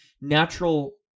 natural